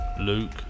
Luke